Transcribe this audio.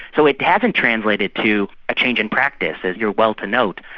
so it hasn't translated to a change in practice, as you are well to note.